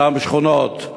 אותן שכונות.